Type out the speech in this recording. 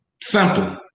simple